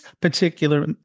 particular